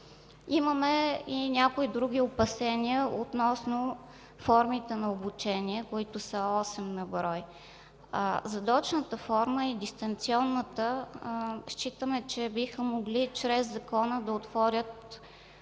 Имаме и някои други опасения относно формите на обучение, които са осем на брой. Задочната и дистанционна форма – считаме, че биха могли чрез Закона да отворят